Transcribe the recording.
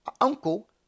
uncle